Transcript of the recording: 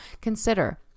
consider